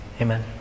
Amen